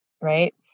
right